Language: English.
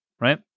right